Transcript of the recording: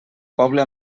poble